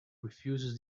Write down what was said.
refuses